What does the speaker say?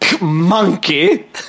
Monkey